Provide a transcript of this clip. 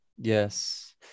Yes